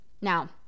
Now